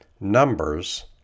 numbers